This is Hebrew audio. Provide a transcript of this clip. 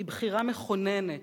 היא בחירה מכוננת,